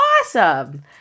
Awesome